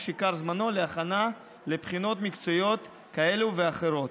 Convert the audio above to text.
עיקר זמנו להכנה לבחינות מקצועיות כאלה ואחרות.